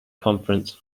conference